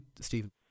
Stephen